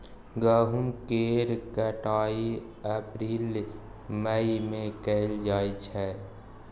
गहुम केर कटाई अप्रील मई में कएल जाइ छै